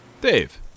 Dave